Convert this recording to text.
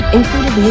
Included